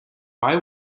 why